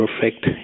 perfect